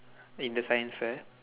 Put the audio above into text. in the science fair